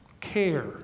care